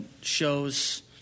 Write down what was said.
shows